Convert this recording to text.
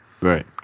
Right